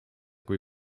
kui